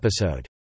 episode